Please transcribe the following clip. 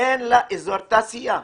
אין לה אזור תעשייה.